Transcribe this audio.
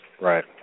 Right